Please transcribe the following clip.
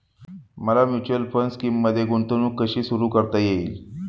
मला mutual fund स्कीममध्ये गुंतवणूक कशी सुरू करता येईल?